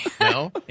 No